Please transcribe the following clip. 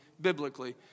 biblically